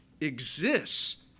exists